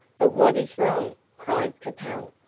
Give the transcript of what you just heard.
but what is wrong? cried capel.